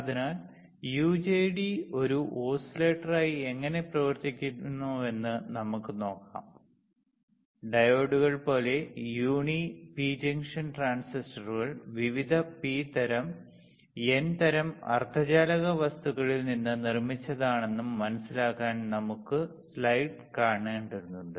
അതിനാൽ യുജെടി ഒരു ഓസിലേറ്ററായി എങ്ങനെ പ്രവർത്തിക്കുമെന്ന് നമുക്ക് നോക്കാം ഡയോഡുകൾ പോലെ യൂണി പി ജംഗ്ഷൻ ട്രാൻസിസ്റ്ററുകൾ പ്രത്യേക പി തരം എൻ തരം അർദ്ധചാലക വസ്തുക്കളിൽ നിന്ന് നിർമ്മിച്ചതാണെന്നും മനസ്സിലാക്കാൻ നമുക്ക് സ്ലൈഡ് കാണേണ്ടതുണ്ട്